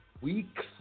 Weeks